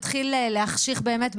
התחיל להחשיך באמת,